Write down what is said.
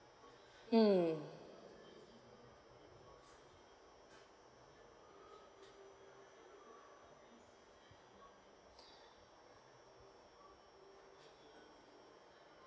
mm